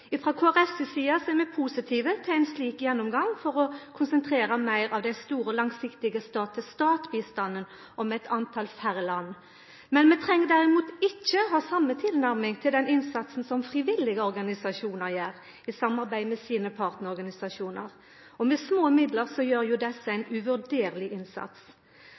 si side er vi positive til ein slik gjennomgang for å konsentrera meir av den store, langsiktige stat-til-stat-bistanden om færre land. Vi treng derimot ikkje ha same tilnærming til den innsatsen som frivillige organisasjonar gjer i samarbeid med sine partnarorganisasjonar. Med små middel gjer desse ein uvurderleg innsats.